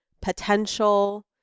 potential